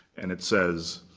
and it says,